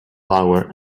power